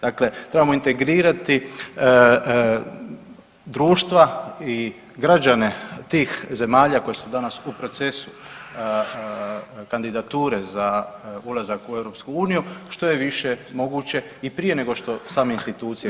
Dakle, trebamo integrirati društva i građane tih zemalja koje su danas u procesu kandidature za ulazak u EU što je više moguće i prije nego što same institucije